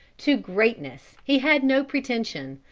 to greatness, he had no pretension,